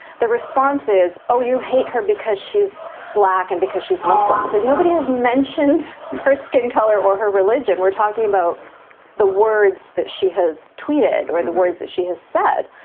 the response is, oh, you hate her because she's black and because she's muslim. it's like nobody has mentioned her skin color or her religion. we're talking about the words that she has tweeted or the words that she has said,